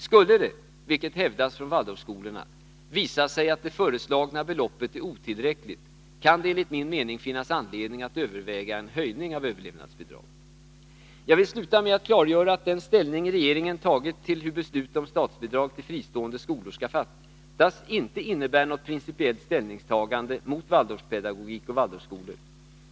Skulle det — som det hävdas från Waldorfskolorna — visa sig att det föreslagna beloppet är otillräckligt, kan det enligt min mening finnas anledning att överväga en höjning av ”överlevnadsbidraget”. Jag vill sluta med att klargöra att den ställning regeringen tagit till hur beslut om statsbidrag till fristående skolor skall fattas inte innebär något principiellt ställningstagande mot Waldorfpedagogik och Waldorfskolor.